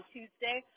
Tuesday